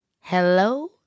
hello